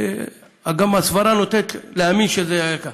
וגם הסברה נוטה להאמין שזה היה כך.